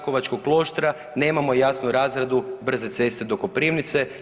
Kloštra nemamo jasnu razradu brze ceste do Koprivnice.